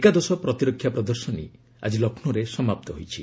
ଏକାଦଶ ପ୍ରତିରକ୍ଷା ପ୍ରଦର୍ଶନୀ ଆଜି ଲକ୍ଷ୍ମୌରେ ସମାପ୍ତ ହୋଇଛି